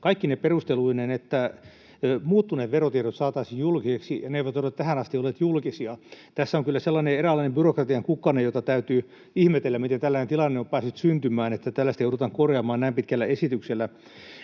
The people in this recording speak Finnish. pelkästään sen takia, että muuttuneet verotiedot saataisiin julkisiksi — ne eivät ole tähän asti olleet julkisia. Tässä on kyllä sellainen eräänlainen byrokratian kukkanen, että täytyy ihmetellä, miten tällainen tilanne on päässyt syntymään, että tällaista joudutaan korjaamaan näin pitkällä esityksellä.